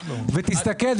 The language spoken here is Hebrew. ותסתכל,